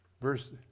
verse